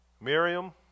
Miriam